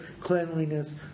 cleanliness